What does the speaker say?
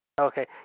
Okay